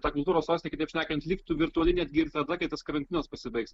ta kultūros sostinė kitaip sakant liktų virtuali netgi ir tada kai tas karantinas pasibaigs